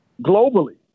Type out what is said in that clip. globally